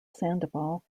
sandoval